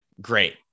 Great